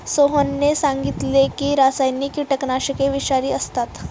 सोहनने सांगितले की रासायनिक कीटकनाशके विषारी असतात